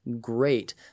great